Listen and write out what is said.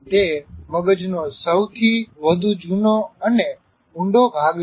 તે મગજનો સૌથી વધુ જૂનો અને ઊંડો ભાગ છે